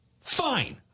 Fine